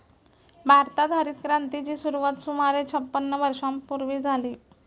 भारतात हरितक्रांतीची सुरुवात सुमारे छपन्न वर्षांपूर्वी झाली